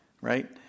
right